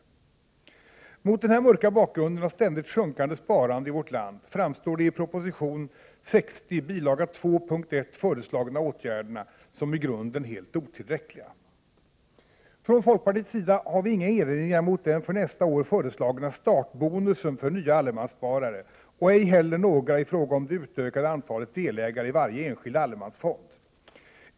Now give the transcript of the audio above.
Mot denna mörka bakgrund av ständigt sjunkande sparande i vårt land framstår de i proposition 1987/88:60 bil. 2 punkt 1 föreslagna åtgärderna som i grunden helt otillräckliga. Från folkpartiets sida har vi inga erinringar mot den för nästa år föreslagna startbonusen för nya allemanssparare och ej heller några i fråga om det utökade antalet delägare i varje enskild allemansfond.